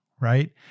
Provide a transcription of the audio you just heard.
right